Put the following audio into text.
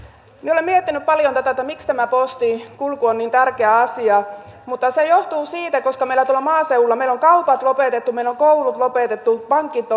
olen miettinyt paljon tätä miksi tämä postin kulku on niin tärkeä asia mutta se johtuu siitä että koska meillä maaseudulla on kaupat lopetettu meillä on koulut lopetettu pankit